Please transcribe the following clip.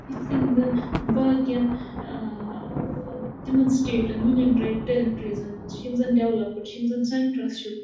یِتھٕ کٔنۍ زَن باقِیَن تِمَن سِٹیٹَن یوٗنِیَن ٹرِٛٹٕریٖزَن منٛز چِھ یِم زَن ڈیولیپٕڈ چھِ یِم زَن سیٚنٛٹرَس چھِ